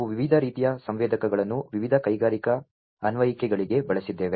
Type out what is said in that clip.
ನಾವು ವಿವಿಧ ರೀತಿಯ ಸಂವೇದಕಗಳನ್ನು ವಿವಿಧ ಕೈಗಾರಿಕಾ ಅನ್ವಯಿಕೆಗಳಿಗಾಗಿ ಬಳಸಿದ್ದೇವೆ